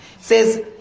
says